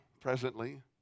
presently